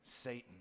Satan